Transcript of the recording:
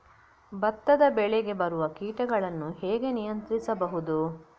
ಭತ್ತದ ಬೆಳೆಗೆ ಬರುವ ಕೀಟಗಳನ್ನು ಹೇಗೆ ನಿಯಂತ್ರಿಸಬಹುದು?